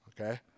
okay